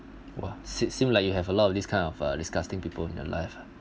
!wah! se~ seem like you have a lot of this kind of a disgusting people in your life ah